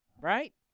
Right